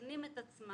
מתקנים את עצמם,